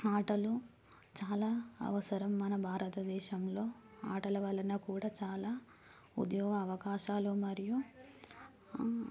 ఆటలు చాలా అవసరం మన భారతదేశంలో ఆటల వలన కూడా చాలా ఉద్యోగ అవకాశాలు మరియు